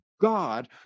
God